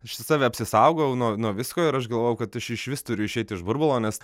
aš save apsisaugojau nuo nuo visko ir aš galvojau kad aš išvis turiu išeit iš burbulo nes